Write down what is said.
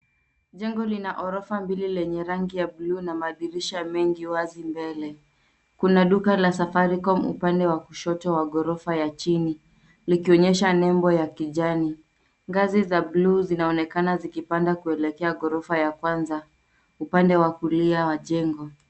Jengo lina ghorofa mbili lenye rangi ya blue na madirisha mengi wazi mbele. Kuna duka la Safaricom upande wa kushoto wa ghorofa ya chini likionyesha nembo ya kijani. Ngazi za blue zinaonekana zikipanda kuelekea ghorofa ya kwanza, upande wa kulia wa jengo.